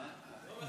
אדוני